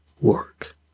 work